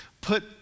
put